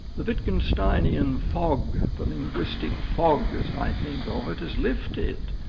the wittgensteinian fog, the linguistic fog as i think of it, has lifted,